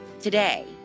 today